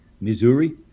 Missouri